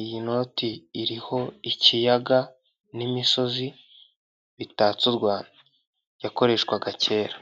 iyi noti iriho ikiyaga n'imisozi bitatse u Rwanda. Yakoreshwaga kera.